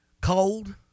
Cold